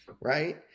right